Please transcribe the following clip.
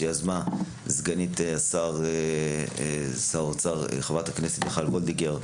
שיזמה סגנית שר האוצר חברת הכנסת מיכל וולדיגר.